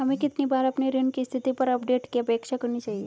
हमें कितनी बार अपने ऋण की स्थिति पर अपडेट की अपेक्षा करनी चाहिए?